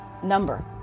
number